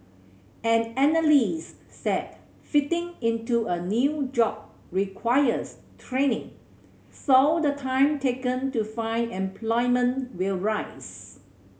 an analyst said fitting into a new job requires training so the time taken to find employment will rise